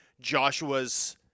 Joshua's